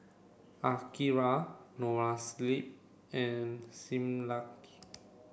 Akira Noa Sleep and Similac